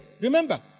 remember